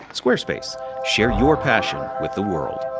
squarespace share your passion with the world.